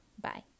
Bye